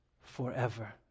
forever